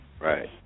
right